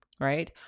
right